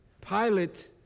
Pilate